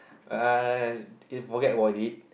ah k forget about it